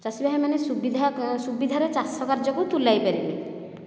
ଚାଷୀ ଭାଇମାନେ ସୁବିଧା ସୁବିଧାରେ ଚାଷ କାର୍ଯ୍ୟକୁ ତୁଲାଇ ପାରିବେ